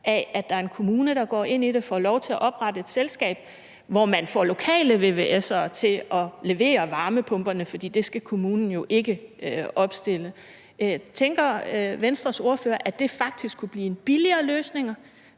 af, at der er en kommune, der går ind i det og får lov til at oprette et selskab, hvor man får lokale vvs'ere til at levere varmepumperne, for det skal kommunen jo ikke opstille? Tænker Venstres ordfører, at det faktisk kunne blive en billigere løsning